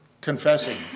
Confessing